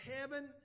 heaven